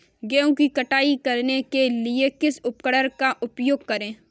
गेहूँ की कटाई करने के लिए किस उपकरण का उपयोग करें?